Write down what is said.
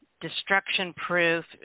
destruction-proof